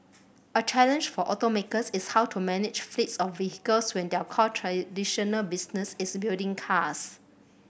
a challenge for automakers is how to manage fleets of vehicles when their core traditional business is building cars